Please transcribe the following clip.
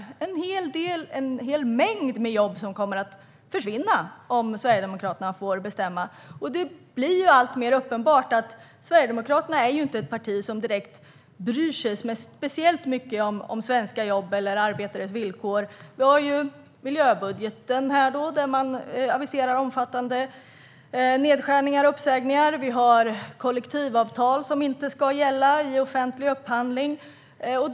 Det är en hel mängd jobb som kommer att försvinna om Sverigedemokraterna får bestämma. Det blir alltmer uppenbart att Sverigedemokraterna inte är ett parti som bryr sig speciellt mycket om svenska jobb eller arbetares villkor. I miljöbudgeten aviserar man omfattande nedskärningar och uppsägningar, och kollektivavtal ska inte gälla vid offentlig upphandling.